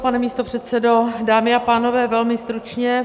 Pane místopředsedo, dámy a pánové, velmi stručně.